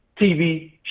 TV